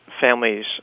Families